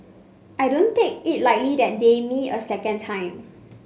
I don't take it lightly that they me a second time